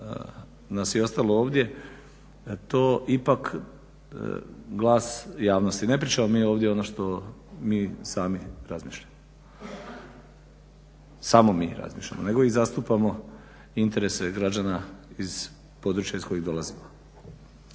nas je ostalo ovdje. To ipak je glas javnosti. Ne pričamo mi ovdje ovo što mi sami razmišljamo. Samo mi razmišljamo nego i zastupamo mišljenja građana iz područja iz kojih dolazimo.